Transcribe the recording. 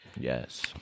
yes